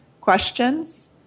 questions